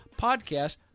podcast